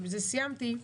ובזה סיימתי: